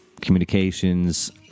communications